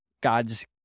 God's